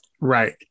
Right